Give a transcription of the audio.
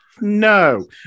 No